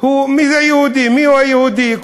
זה יהודי, מיהו יהודי.